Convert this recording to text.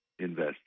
Invest